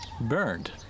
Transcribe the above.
burned